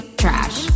trash